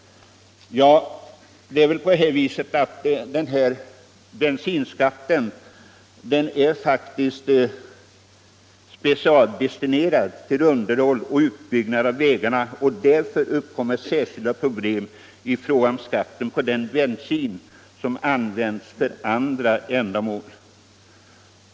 Det är på det sättet att bensinskatten faktiskt är specialdestinerad till underhåll och utbyggnad av vägarna. Det uppkommer särskilda problem i fråga om skatten på den bensin som används för andra ändamål.